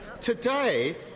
Today